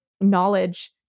knowledge